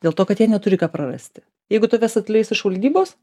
dėl to kad jie neturi ką prarasti jeigu tavęs atleis iš valdybos